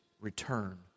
return